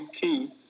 key